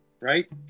right